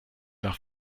nach